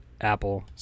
Apple